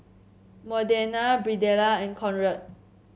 Modena Birdella and Conrad